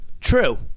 True